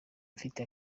mfite